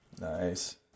Nice